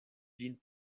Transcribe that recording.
ĝin